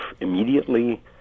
immediately